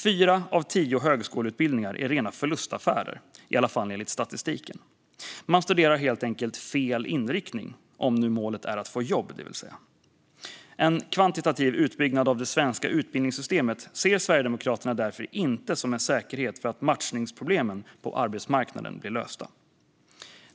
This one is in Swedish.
Fyra av tio högskoleutbildningar är rena förlustaffärer, i alla fall enligt statistiken. Man studerar helt enkelt fel inriktning - om målet är att få jobb, vill säga. En kvantitativ utbyggnad av det svenska utbildningssystemet ser Sverigedemokraterna därför inte som en säkerhet för att matchningsproblemen på arbetsmarknaden blir lösta.